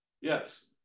Yes